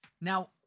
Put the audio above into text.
Now